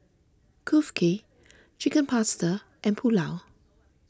Kulfi Chicken Pasta and Pulao